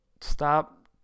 stop